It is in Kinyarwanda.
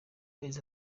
mezi